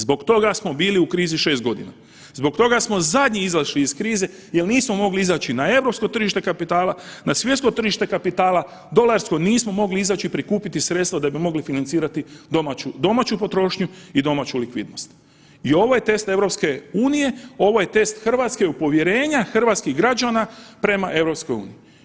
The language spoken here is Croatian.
Zbog toga smo bili u krizi 6.g., zbog toga smo zadnji izašli iz krize jel nismo mogli izaći na europsko tržište kapitala, na svjetsko tržište kapitala, dolarsko nismo mogli izaći i prikupiti sredstva da bi mogli financirati domaću, domaću potrošnju i domaću likvidnost i ovo je test EU, ovo je test RH od povjerenja hrvatskih građana prema EU.